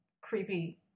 creepy